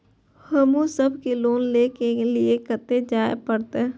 हमू सब के लोन ले के लीऐ कते जा परतें?